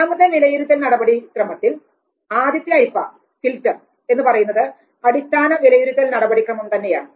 രണ്ടാമത്തെ വിലയിരുത്തൽ നടപടിക്രമത്തിൽ ആദ്യത്തെ അരിപ്പ എന്ന് പറയുന്നത് അടിസ്ഥാന വിലയിരുത്തൽ നടപടിക്രമം തന്നെയാണ്